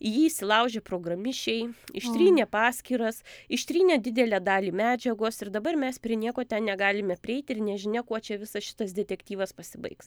į jį įsilaužė programišiai ištrynė paskyras ištrynė didelę dalį medžiagos ir dabar mes prie nieko ten negalime prieiti ir nežinia kuo čia visas šitas detektyvas pasibaigs